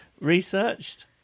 researched